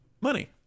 Money